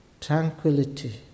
tranquility